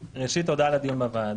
ראשית, תודה על הדיון בוועדה.